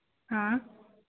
हाँ